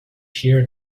here